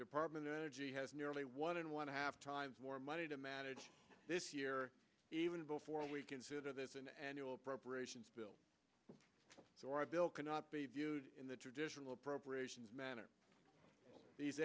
department of energy has nearly one in one half times more money to manage this year even before we consider this an annual appropriations bill so our bill cannot be viewed in the traditional appropriations manner